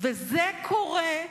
וזה קורה,